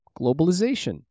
Globalization